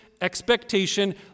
expectation